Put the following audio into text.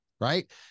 right